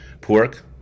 Pork